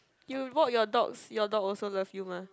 you walk your dogs your dog also love you mah